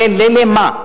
למה?